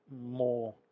more